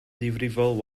ddifrifol